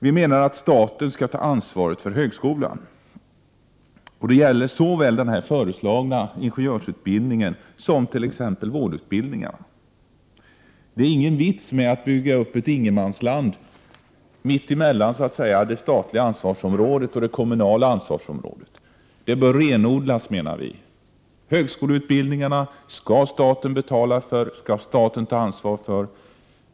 Vi menar att staten bör ta ansvaret för högskolan, och det gäller såväl den föreslagna ingenjörsutbildningen som t.ex. vårdutbildningarna. Det är ingen mening med att bygga upp ett ingenmansland mitt emellan det statliga ansvarsområdet och det kommunala ansvarsområdet. Vi menar att ansvaret bör renodlas. Högskoleutbildningarna skall staten betala för och ta ansvar för.